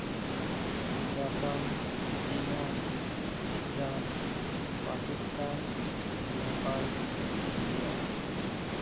Japan China ꯏꯔꯥꯜ Pakistan Nepal India